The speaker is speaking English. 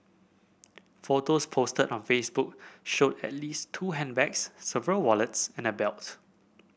photos posted on Facebook showed at least two handbags several wallets and a belt